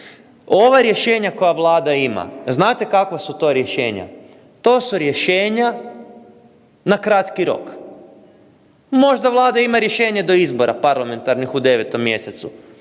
Ova rješenja koja Vlada ima, znate kakva su to rješenja? To su rješenja na kratki rok. Možda Vlada ima rješenje do izbora parlamentarnih u 9. mj.,